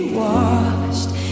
washed